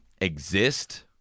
exist